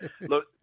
Look